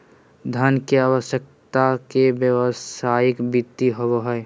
धन के आवश्यकता के व्यावसायिक वित्त कहो हइ